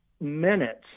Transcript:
minutes